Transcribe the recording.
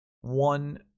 one